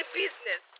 business